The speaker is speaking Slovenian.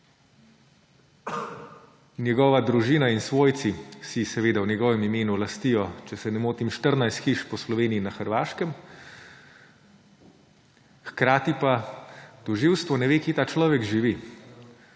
njegova družina in svojci si v njegovem imenu lastijo, če se ne motim, 14 hiš po Sloveniji in na Hrvaškem, hkrati pa tožilstvo ne ve, kje ta človek živi.